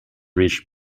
reached